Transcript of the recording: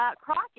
Crockett